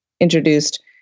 introduced